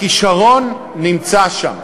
הכישרון נמצא שם.